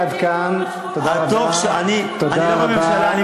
למה קיצצת את פרויקט שיקום השכונות,